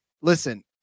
listen